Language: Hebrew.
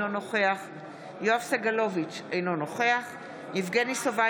אינו נוכח יואב סגלוביץ' אינו נוכח יבגני סובה,